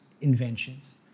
inventions